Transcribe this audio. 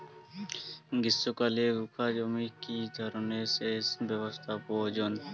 গ্রীষ্মকালে রুখা জমিতে কি ধরনের সেচ ব্যবস্থা প্রয়োজন?